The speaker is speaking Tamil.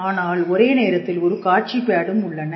ஆனால் ஒரே நேரத்தில் ஒரு காட்சி பேடும் உள்ளன